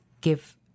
give